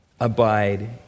Abide